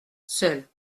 seul